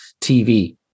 TV